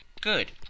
Good